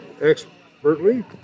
expertly